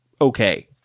okay